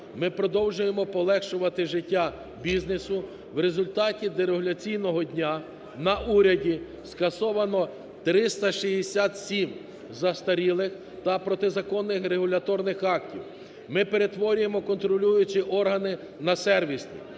Ми продовжуємо полегшувати життя бізнесу, в результаті дерегуляційного дня, на уряді скасовано 367 застарілих та протизаконних регуляторних актів. Ми перетворюємо контролюючі органи на сервісні.